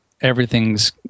everything's